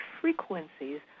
frequencies